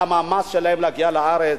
על המאמץ שלהם להגיע לארץ.